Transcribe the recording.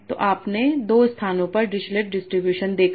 तो आपने 2 स्थानों पर डिरिचलेट डिस्ट्रीब्यूशन देखा